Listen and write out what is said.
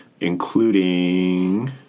including